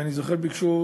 ואני זוכר שביקשו